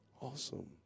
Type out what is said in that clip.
Awesome